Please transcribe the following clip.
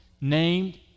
named